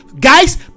Guys